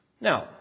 Now